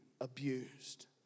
abused